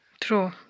True